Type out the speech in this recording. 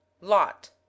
Lot